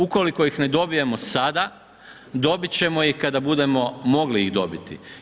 Ukoliko ih ne dobijemo sada, dobiti ćemo ih kada budemo mogli ih dobiti.